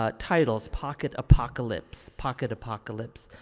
ah titles pocket apocalypse, pocket apocalypse,